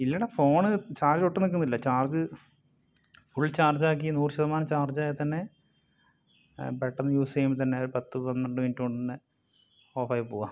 ഇല്ലെടാ phone ചാർജൊട്ടും നിൽക്കുന്നില്ല charge full ചാർജാക്കി നൂറ് ശതമാനം ചാർജായാൽ തന്നെ പെട്ടെന്ന് യൂസ് ചെയ്യുമ്പം തന്നെ പത്ത് പന്ത്രണ്ട് മിനിറ്റ് കൊണ്ട് തന്നെ ഓഫായി പോകുകയാണ്